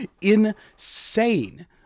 insane